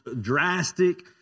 drastic